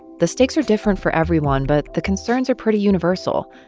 the stakes are different for everyone, but the concerns are pretty universal.